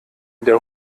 der